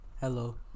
Hello